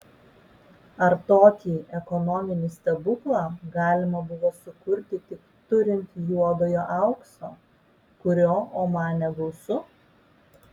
ar tokį ekonominį stebuklą galima buvo sukurti tik turint juodojo aukso kurio omane gausu